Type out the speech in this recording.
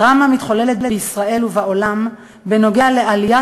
הדרמה המתחוללת בישראל ובעולם בנוגע לעליית